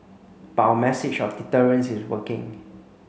but our message of deterrence is working